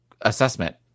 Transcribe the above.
assessment